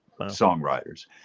songwriters